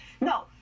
No